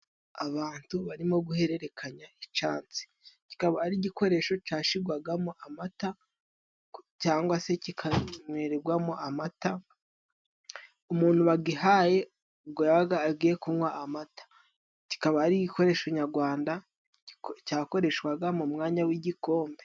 Abantu barimo guhererekanya icansi. Kikaba ari igikoresho cashigwagamo amata cangwa se kikanywegwamo amata, umuntu bagihaye ubwo yabaga agiye kunywa amata. Cikaba ari igikoresho nyagwanda cakoreshwaga mu mwanya w'igikombe.